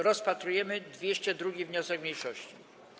Rozpatrujemy 202. wniosek mniejszości.